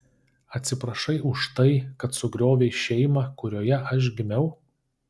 atsiprašai už tai kad sugriovei šeimą kurioje aš gimiau